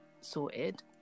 sorted